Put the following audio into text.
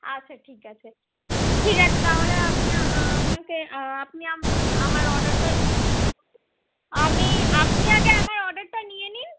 আচ্ছা ঠিক আছে ঠিক আছে তাহলে আপনি আমাকে আপনি আম আমার অর্ডারটা নিন আমি আপনি আগে আমার অর্ডারটা নিয়ে নিন